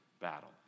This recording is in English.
battle